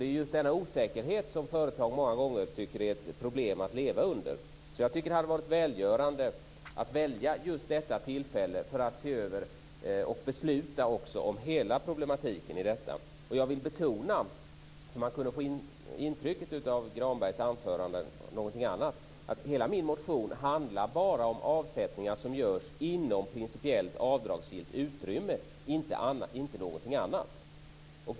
Det är denna osäkerhet som företag många gånger tycker att det är ett problem att leva under. Det hade varit välgörande att välja just detta tillfälle för att se över och också besluta om hela problematiken i detta. Jag vill betona, eftersom man av Granbergs anförande kunde få ett annat intryck, att hela min motion bara handlar om avsättningar som görs inom principiellt avdragsgillt utrymme och inte någonting annat.